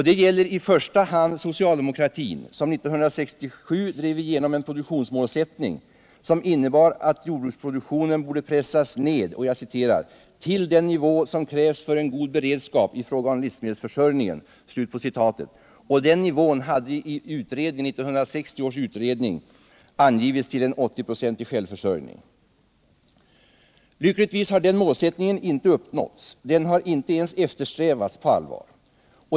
Detta gäller i första hand socialdemokratin, som 1967 drev igenom en produktionsmålsättning som innebar att jordbruksproduktionen borde pressas ned ”till den nivå som krävs för en god beredskap i fråga om livsmedelsförsörjningen” , dvs. en nivå som av 1960 års jordbruksutredning hade angivits till en 80-procentig självförsörjning. Lyckligtvis har denna målsättning inte uppnåtts. Den har inte ens eftersträvats på allvar.